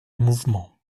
mouvements